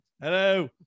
hello